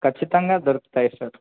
ఖచ్చితంగా దొరుకుతాయి సార్